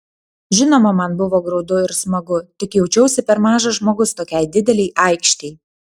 žinoma man buvo graudu ir smagu tik jaučiausi per mažas žmogus tokiai didelei aikštei